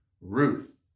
Ruth